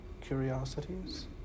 curiosities